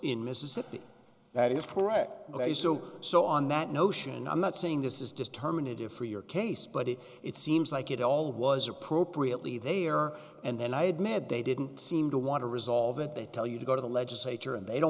in mississippi that is correct they so so on that notion i'm not saying this is just terminated for your case but if it seems like it all was appropriately they are and then i admit they didn't seem to want to resolve it they tell you to go to the legislature and they don't